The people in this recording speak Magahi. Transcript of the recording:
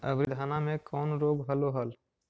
अबरि धाना मे कौन रोग हलो हल?